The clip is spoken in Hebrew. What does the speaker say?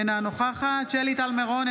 אינה נוכחת שלי טל מירון,